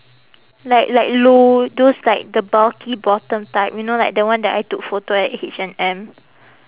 like like low those like the bulky bottom type you know like the one that I took photo at H&M